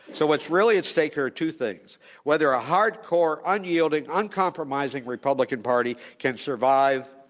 so what's really at stake here are two things whether a hardcore, unyielding, uncompromising republican party can survive,